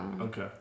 Okay